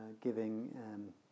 giving